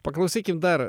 paklausykim dar